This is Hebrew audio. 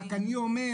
רק אני אומר,